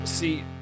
See